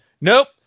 Nope